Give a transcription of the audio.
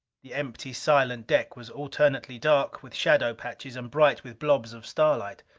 the empty, silent deck was alternately dark with shadow patches and bright with blobs of starlight.